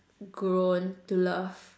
grown to love